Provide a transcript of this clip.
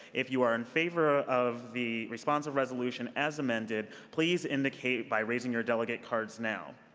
if you are in favor of the response everetz solution as amended, please indicate by raising your delegate cards now.